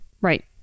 Right